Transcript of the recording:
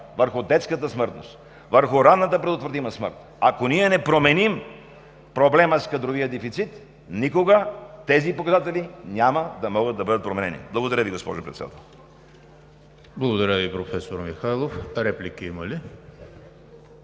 върху детската смъртност, върху ранната предотвратима смърт. Ако ние не променим проблема с кадровия дефицит, никога тези показатели няма да могат да бъдат променени. Благодаря Ви, господин Председател. ПРЕДСЕДАТЕЛ ЕМИЛ ХРИСТОВ: Благодаря Ви, професор Михайлов. Реплики има ли?